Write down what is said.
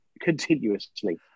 Continuously